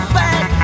back